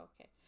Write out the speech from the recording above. okay